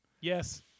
Yes